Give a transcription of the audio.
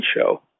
show